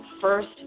first